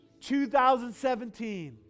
2017